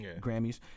Grammys